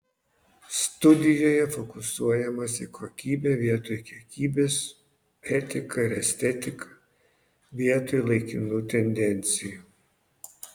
studijoje fokusuojamasi į kokybę vietoj kiekybės etiką ir estetiką vietoj laikinų tendencijų